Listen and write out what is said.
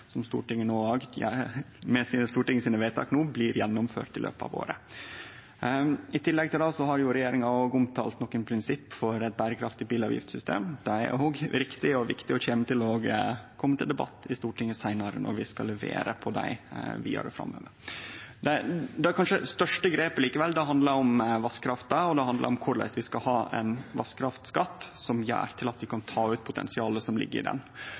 som med Stortingets vedtak no blir gjennomførte i løpet av året. I tillegg til det har regjeringa omtalt nokre prinsipp for eit berekraftig bilavgiftssystem. Dei er òg riktige og viktige og kjem til å kome til debatt i Stortinget seinare, når vi skal levere på dei vidare framover. Det kanskje største grepet handlar likevel om vasskrafta, og det handlar om korleis vi skal ha ein vasskraftskatt som gjer at vi kan ta ut potensialet som ligg i